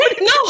no